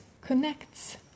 connects